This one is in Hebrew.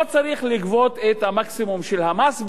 לא צריך לגבות את המקסימום של המס,